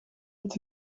het